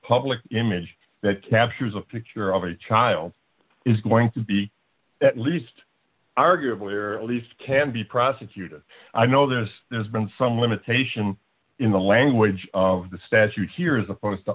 public image that captures a picture of a child is going to be at least arguably or at least can be prosecuted i know this there's been some limitation in the language of the statute here is